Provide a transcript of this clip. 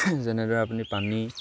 যেনেদৰে আপুনি পানী